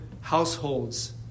households